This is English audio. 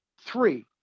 three